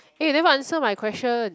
eh you never answer my question